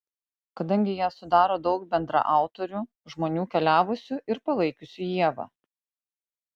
kadangi ją sudaro daug bendraautorių žmonių keliavusių ir palaikiusių ievą